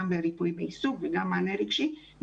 גם ריפוי בעיסוק וגם מענה רגשי,